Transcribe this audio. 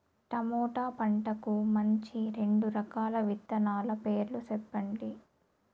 tomato పంటకు మంచి రెండు రకాల విత్తనాల పేర్లు సెప్పండి